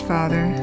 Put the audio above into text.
Father